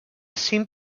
cinc